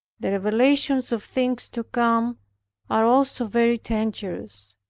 the revelations of things to come are also very dangerous.